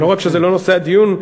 לא רק שזה לא נושא הדיון,